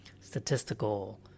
statistical